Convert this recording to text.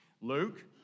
Luke